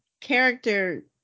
character